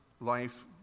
life